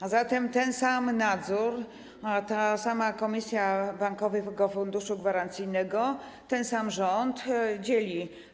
A zatem ten sam nadzór, ta sama komisja Bankowego Funduszu Gwarancyjnego, ten sam rząd dzieli.